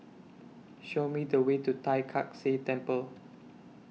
Show Me The Way to Tai Kak Seah Temple